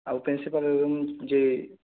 ও প্রিন্সিপালের রুম যে